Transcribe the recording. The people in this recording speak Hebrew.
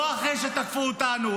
לא אחרי שתקפו אותנו,